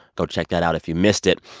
go check that out if you missed it.